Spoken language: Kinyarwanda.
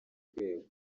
rwego